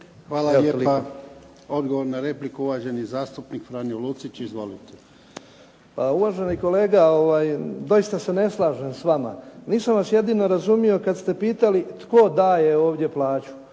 Hvala lijepo. Odgovor na repliku, uvaženi zastupnik Franjo Lucić. Izvolite. **Lucić, Franjo (HDZ)** Pa uvaženi kolega dosita se ne slažem s vama. Nisam vas jedino razumio kada ste pitali tko daje ovdje plaću.